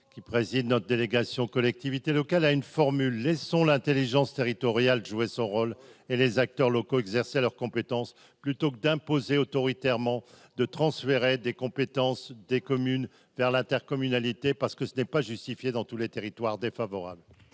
qui préside notre délégation collectivités locales à une formule laissons l'Intelligence territoriale jouer son rôle et les acteurs locaux exercer leurs compétences plutôt que d'imposer autoritairement de transférer des compétences des communes vers l'intercommunalité, parce que ce n'est pas justifiée dans tous les territoires défavorable.